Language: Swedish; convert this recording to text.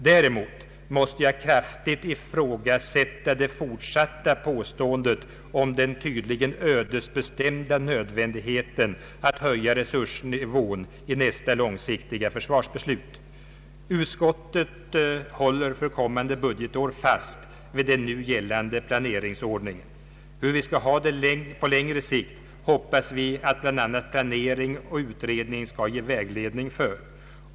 Däremot måste jag kraftigt ifrågasätta det fortsatta påståendet om den tydligen ödesbestämda nödvändigheten att höja resursnivån i nästa långsiktiga försvarsbeslut. Utskottet håller för kommande budgetår fast vid den nu gällande planeringsordningen. Hur vi skall ha det på längre sikt hoppas vi att bl.a. planering och utredning skall ge vägledning för.